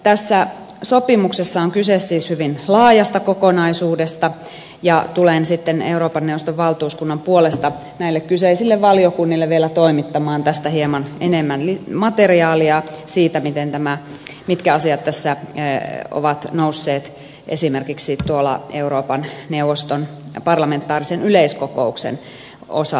tässä sopimuksessa on kyse siis hyvin laajasta kokonaisuudesta ja tulen euroopan neuvoston valtuuskunnan puolesta näille kyseisille valiokunnille vielä toimittamaan hieman enemmän materiaalia siitä mitkä asiat tässä ovat nousseet esimerkiksi tuolla euroopan neuvoston parlamentaarisen yleiskokouksen osalta esille